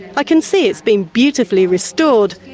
i can see it's been beautifully restored,